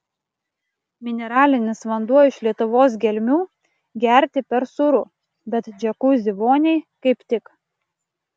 mineralinis vanduo iš lietuvos gelmių gerti per sūru bet džiakuzi voniai kaip tik